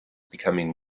becoming